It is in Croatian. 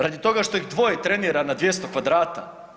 Radi toga što ih dvoje trenira na 200 kvadrata.